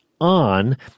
on